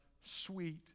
sweet